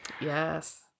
yes